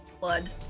blood